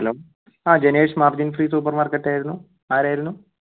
hello ആ Janesh margin free super മാർക്കറ്റായിരുന്നു ആരായിരുന്നു